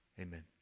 Amen